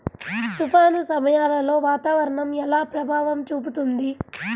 తుఫాను సమయాలలో వాతావరణం ఎలా ప్రభావం చూపుతుంది?